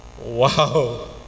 Wow